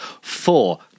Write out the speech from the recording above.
Four